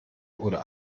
oder